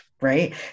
right